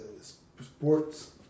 sports